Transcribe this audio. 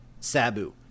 Sabu